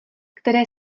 které